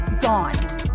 gone